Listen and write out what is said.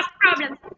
problems